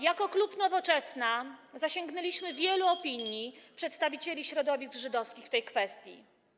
Jako klub Nowoczesna zasięgnęliśmy wielu opinii [[Gwar na sali, dzwonek]] przedstawicieli środowisk żydowskich w tej kwestii.